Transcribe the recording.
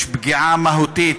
יש פגיעה מהותית